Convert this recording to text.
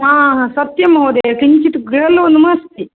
हा हा सत्यं महोदय किञ्चित् गृह लोन् अस्ति